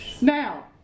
Now